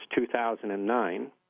2009